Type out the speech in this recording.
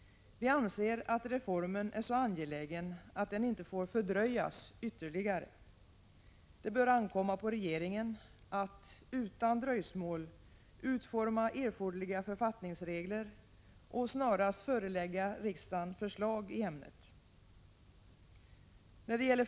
Vi anser att reformen är så angelägen att den inte får fördröjas ytterligare. Det bör ankomma på regeringen att utan dröjsmål utforma erforderliga författningsregler och snarast förelägga riksdagen förslag i ämnet.